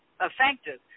effective